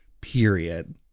Period